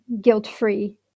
guilt-free